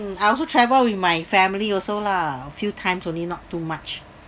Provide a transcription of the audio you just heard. I also travel with my family also lah few times only not too much